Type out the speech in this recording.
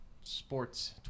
sports